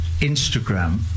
Instagram